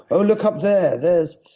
oh, look up there, theres.